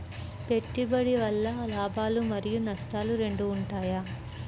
పెట్టుబడి వల్ల లాభాలు మరియు నష్టాలు రెండు ఉంటాయా?